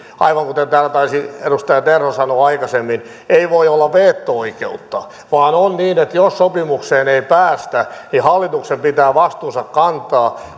aivan kuten täällä taisi edustaja terho sanoa aikaisemmin ei voi olla veto oikeutta vaan on niin että jos sopimukseen ei päästä niin hallituksen pitää vastuunsa kantaa